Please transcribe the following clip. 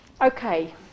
Okay